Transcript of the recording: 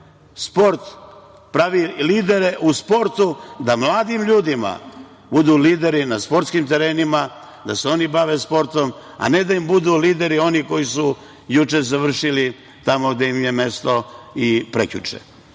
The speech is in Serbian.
sport pravi lidere u sportu da mladim ljudima budu lideri na sportskim terenima, da se oni bave sportom, a ne da im budu lideri oni koji su juče završili tamo gde im je mesto i prekjuče,